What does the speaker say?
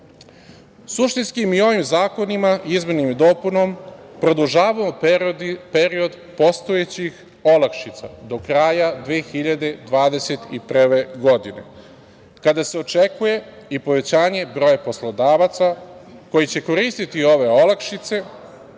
subjekata. Suštinski, i ovim zakonima izmenama i dopunama produžavamo period postojećih olakšica do kraja 2021. godine kada se očekuje i povećanje broja poslodavaca koji će koristiti ove olakšice